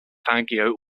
fangio